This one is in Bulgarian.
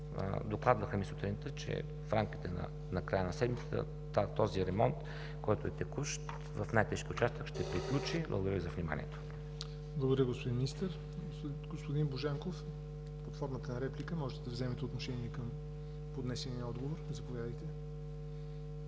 Докладваха ми сутринта, че в рамките до края на седмицата, този ремонт, който е текущ, в най-тежкия участък ще приключи. Благодаря Ви за вниманието. ПРЕДСЕДАТЕЛ ЯВОР НОТЕВ: Благодаря, господин Министър. Господин Божанков, под формата на реплика можете да вземете отношение към поднесения отговор. Заповядайте.